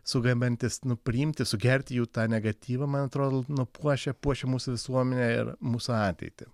sugebantis nu priimti sugerti jų tą negatyvą man atrodo nu puošia puošia mūsų visuomenę ir mūsų ateitį